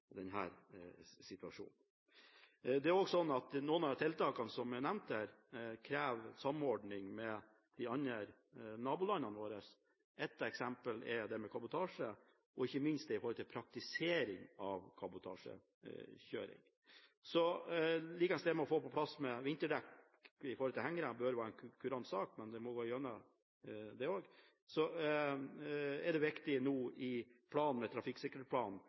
Det er også sånn at noen av de tiltakene som er nevnt her, krever samordning med de andre nabolandene våre. Et eksempel er det med kabotasje – ikke minst praktiseringen av kabotasjekjøring. Like ens bør det å få på plass vinterdekkpåbud på hengere være en kurant sak, men det må gå igjennom det også. Det er viktig nå i forbindelse trafikksikkerhetsplanen at man også løfter inn det med